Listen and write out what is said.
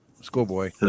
schoolboy